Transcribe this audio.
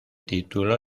título